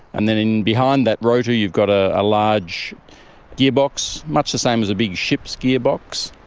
and then behind that rotor you've got ah a large gearbox, much the same as a big ship's gearbox.